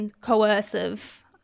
coercive